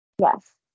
Yes